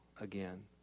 again